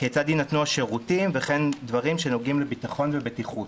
כיצד יינתנו השירותים וכן דברים שנוגעים לביטחון ובטיחות.